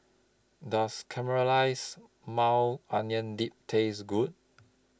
Does Caramelized Maui Onion Dip Taste Good